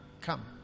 come